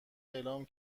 اعلام